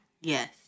yes